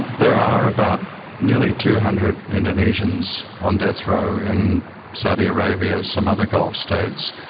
there are about nearly two hundred indonesians on death row in saudi arabia, some other gulf states,